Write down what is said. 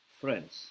friends